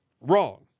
Wrong